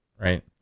right